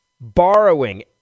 borrowing